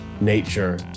nature